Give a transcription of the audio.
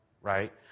right